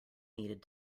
needed